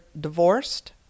divorced